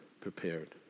prepared